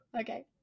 Okay